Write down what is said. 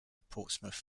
portsmouth